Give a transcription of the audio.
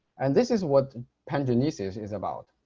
and this is what pangenesis is about.